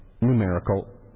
Numerical